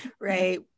right